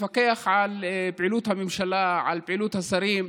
לפקח על פעילות הממשלה, על פעילות השרים.